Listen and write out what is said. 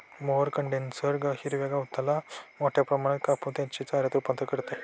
mower condenser हिरव्या गवताला मोठ्या प्रमाणात कापून त्याचे चाऱ्यात रूपांतर करते